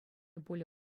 пулӗ